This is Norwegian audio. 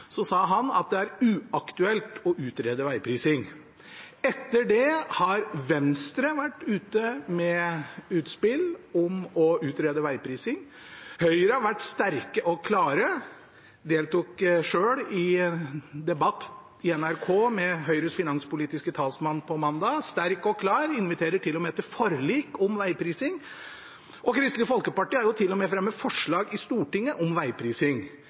sa han at det er uaktuelt å utrede vegprising. Etter det har Venstre vært ute med utspill om å utrede vegprising, Høyre har vært sterk og klar – deltok selv i debatt i NRK på mandag med Høyres finanspolitiske talsmann, sterk og klar, inviterer til og med til forlik om vegprising – og Kristelig Folkeparti har til og med fremmet forslag i Stortinget om